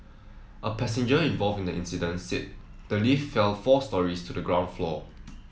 a passenger involved in the incident said the lift fell four storeys to the ground floor